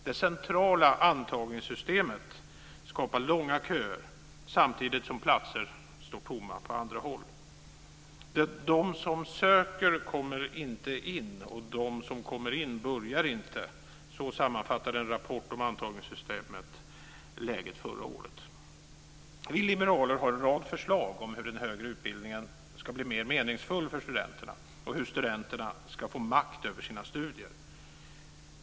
Det centrala antagningssystemet skapar långa köer samtidigt som platser står tomma på andra håll. "De som söker kommer inte in och de som kommer in börjar inte". Så sammanfattade en rapport om antagningssystemet läget förra året. Vi liberaler har en rad förslag om hur den högre utbildningen ska bli mer meningsfull för studenterna och hur studenterna ska få makt över sina studier.